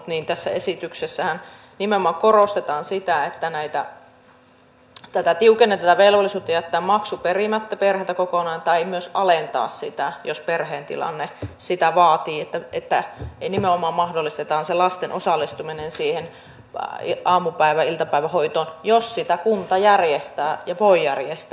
niin kuin myös sivistysvaliokunta on lausunut tässä esityksessähän nimenomaan korostetaan sitä että tiukennetaan tätä velvollisuutta jättää maksu perimättä perheeltä kokonaan tai myös alentaa sitä jos perheen tilanne sitä vaatii että nimenomaan mahdollistetaan se lasten osallistuminen siihen aamupäivä tai iltapäivähoitoon jos sitä kunta järjestää ja voi järjestää